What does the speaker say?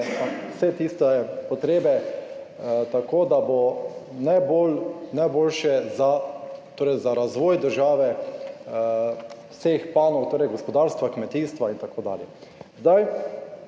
vse tiste potrebe, tako da bo najboljše za razvoj države, vseh panog, torej gospodarstva, kmetijstva in tako dalje. Bilo